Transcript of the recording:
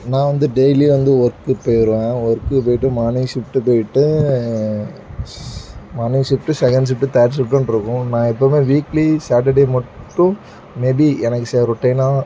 நான் வந்து டெய்லியும் வந்து ஒர்க்கு போயிடுவேன் ஒர்க்கு போயிட்டு மார்னிங் ஷிஃப்ட்டு போயிட்டு ஷ் morning shift second shift third ஷிஃப்ட்டுன்ருக்கும் நான் எப்போவும் வீக்லி சேட்டர்டே மட்டும் மேபி எனக்கு சில ரொட்டீனா